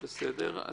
בסדר.